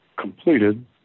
completed